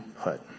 PUT